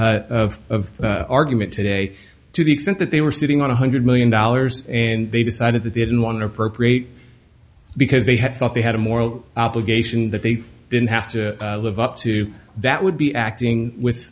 beginning of of argument today to the extent that they were sitting on one hundred million dollars and they decided that they didn't want an appropriate because they had thought they had a moral obligation that they didn't have to live up to that would be acting with